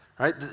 Right